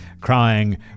crying